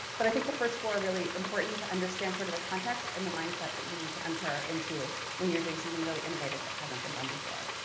but i think the first four are really important to understand sort of the context and the mindset that you need to enter into when you're doing something really innovative that hasn't been done before.